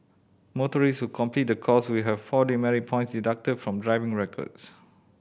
motorist who complete the course will have four demerit points deducted from driving records